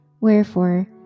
Wherefore